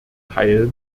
zuteil